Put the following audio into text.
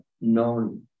known